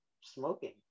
smoking